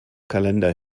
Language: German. kalender